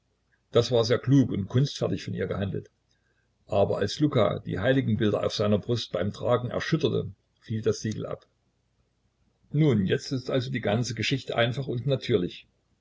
das war sehr klug und kunstfertig von ihr gehandelt als aber luka die heiligenbilder auf seiner brust beim tragen erschütterte fiel das siegel ab nun jetzt ist also die ganze geschichte einfach und natürlich